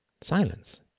silence